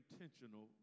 intentional